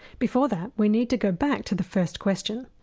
before that we need to go back to the first question,